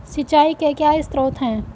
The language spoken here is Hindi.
सिंचाई के क्या स्रोत हैं?